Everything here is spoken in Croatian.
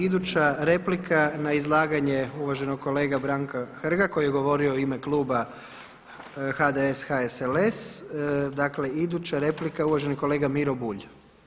Iduća replika na izlaganje uvaženog kolege Branka Hrga koji je govorio u ime kluba HDS, HSLS, dakle iduća replika je uvaženi kolega Miro Bulj.